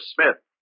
Smith